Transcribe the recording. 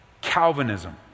calvinism